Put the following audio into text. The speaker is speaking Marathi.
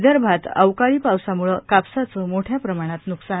विदर्भात अवकाळी पावसाम्ळं कापसाचं मोठ्या प्रमाणात न्कसान